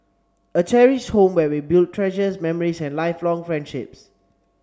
a cherished home where we build treasures memories and lifelong friendships